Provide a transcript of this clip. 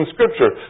Scripture